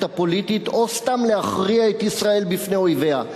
הפוליטית או סתם להכריע את ישראל בפני אויביה.